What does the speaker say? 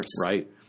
Right